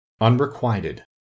Unrequited